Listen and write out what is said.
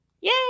Yay